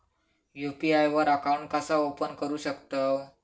UPI वर account कसा open करू शकतव?